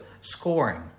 scoring